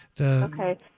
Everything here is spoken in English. Okay